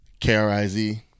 KRIZ